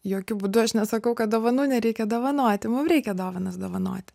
jokiu būdu aš nesakau kad dovanų nereikia dovanoti mum reikia dovanas dovanoti